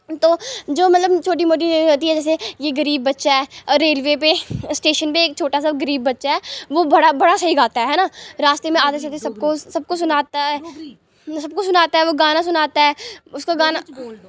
तो जो मतलब छोटी मोटी होती है जैसे यह् गरीब बच्चा ऐ रेलवे स्टेशन पे इक छोटा सा गरीब बच्चा ऐ वो बड़ा बड़ा स्हेई गाता ऐना रास्तें मे आते जाते सबको सबको सुनाता है सब को सुनाता ऐ वो गाना सुनाता ऐ उसको गाना